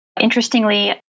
Interestingly